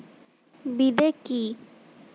বিদে কি?